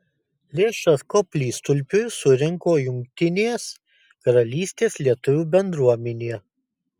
lėšas koplytstulpiui surinko jungtinės karalystės lietuvių bendruomenė